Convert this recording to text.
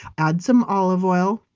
add some olive oil,